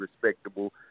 respectable